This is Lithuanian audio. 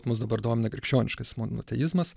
mus dabar domina krikščioniškasis monoteizmas